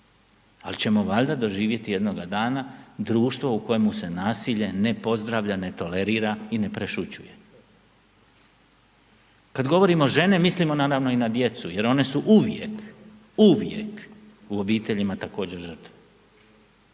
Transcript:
ali ćemo valjda doživjeti jednoga dana društvo u kojemu se nasilje ne pozdravlja, ne tolerira i ne prešućuje. Kad govorimo žene mislimo naravno i na djecu, jer one su uvijek, uvijek u obiteljima također žrtve.